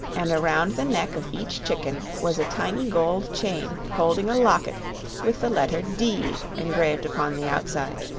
and around the neck of each chicken was a tiny gold chain holding a locket with the letter d engraved upon the outside.